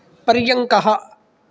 पर्यङ्कः